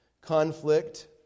conflict